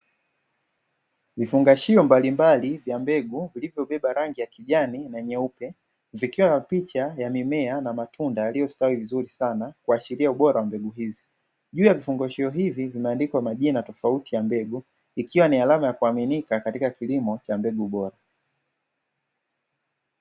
Vifungashio mbalimbali vya mbegu vilivyobeba rangi ya kijani na nyeupe vikiwa na picha ya mimea na matunda yaliyostawi vizuri sana kuashiria ubora wa mbegu hizi, juu ya vifungashio hivi zikiwa zimeandikwa majina tofauti ya mbegu, ikiwa ni alama ya kuaminika katika kilimo cha mbegu bora.